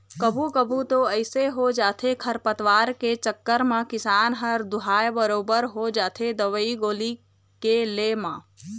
कभू कभू तो अइसे हो जाथे खरपतवार के चक्कर म किसान ह दूहाय बरोबर हो जाथे दवई गोली के ले म